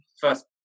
first